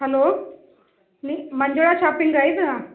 hello ನೀ Manjula shopping ಇದು